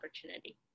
opportunity